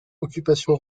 occupation